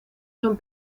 son